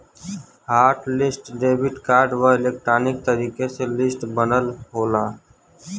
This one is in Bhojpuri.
हॉट लिस्ट डेबिट कार्ड क इलेक्ट्रॉनिक तरीके से लिस्ट बनल होला